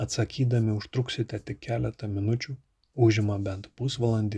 atsakydami užtruksite tik keletą minučių užima bent pusvalandį